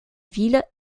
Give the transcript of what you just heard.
ville